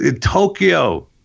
Tokyo